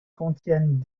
contiennent